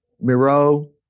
Miro